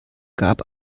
gab